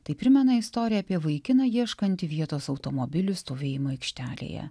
tai primena istoriją apie vaikiną ieškantį vietos automobilių stovėjimo aikštelėje